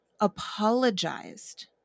apologized